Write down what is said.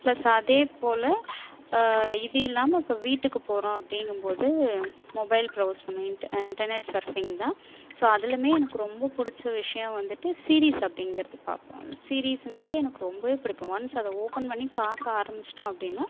plus அதே போல் இது இல்லாமல் இப்போ வீட்டுக்கு போகிறோம் அப்படிங்கு போது மொபைல் பிரௌவ்ஸ் பண்ணிவ இன்ட் இன்டர்நெட் சர்பிங் தான் ஸோ அதிலேயுமே எனக்கு ரொம்ப பிடிச்ச விஷயம் வந்துட்டு சீரிஸ் அப்படிங்கறது பார்ப்போம் சீரிஸ்ங்கிறது எனக்கு ரொம்பவே பிடிக்கும் ஒன்ஸ் அதை ஓபன் பண்ணி பார்க்க ஆரமிச்சிட்டோம் அப்படின்னா